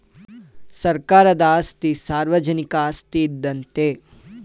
ಸರ್ಕಾರದ ಆಸ್ತಿ ಸಾರ್ವಜನಿಕ ಆಸ್ತಿ ಇದ್ದಂತೆ